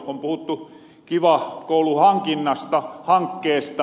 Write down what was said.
on puhuttu kiva koulu hankkeesta